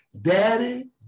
daddy